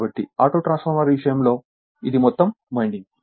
కాబట్టి auto transformer విషయంలో ఇది మొత్తం వైండింగ్